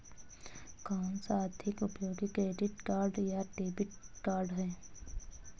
कौनसा अधिक उपयोगी क्रेडिट कार्ड या डेबिट कार्ड है?